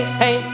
hey